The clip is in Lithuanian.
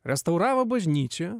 restauravo bažnyčią